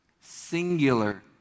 singular